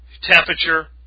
temperature